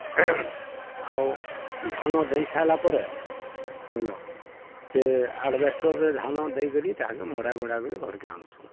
ଆଉ ଧାନ ଦେଇସାଇଲା ପରେ ବୁଝ୍ଲ ସେ ଆଡ଼୍ବେଷ୍ଟର୍ରେ ଧାନ ଦେଇକରି ତାହାକେ ମଡ଼ା ମଡ଼ା କରି ଘର୍କେ ଆନ୍ସୁଁ